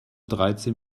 dreizehn